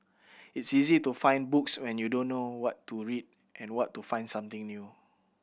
it's easy to find books when you don't know what to read and what to find something new